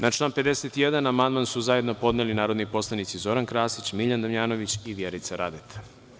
Na član 51. amandman su zajedno podneli narodni poslanici Zoran Krasić, Miljan Damjanović i Vjerica Radeta.